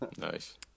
nice